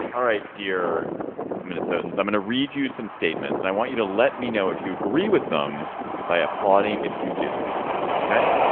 all right dear minnesotans i'm going to read you some statements and i want you to let me know if you agree with them by applauding if you do ok.